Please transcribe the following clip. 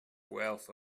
wealth